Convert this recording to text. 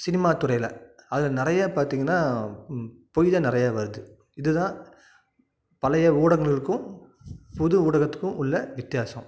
சினிமாத்துறையில் அது நிறைய பார்த்திங்கன்னா பொய் தான் நிறையா வருது இது தான் பழைய ஊடகங்களுக்கும் புது ஊடகத்துக்கும் உள்ள வித்தியாசம்